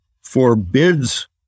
forbids